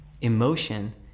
Emotion